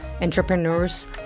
entrepreneurs